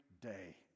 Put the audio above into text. day